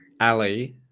Ali